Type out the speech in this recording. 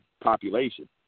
population